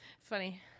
Funny